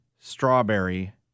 strawberry –